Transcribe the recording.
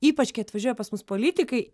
ypač kai atvažiuoja pas mus politikai